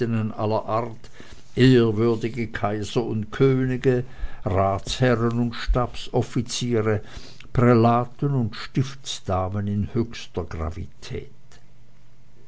ehrwürdiger kaiser und könige ratsherren und stabsoffiziere prälaten und stiftsdamen in höchster gravität